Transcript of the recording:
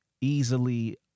easily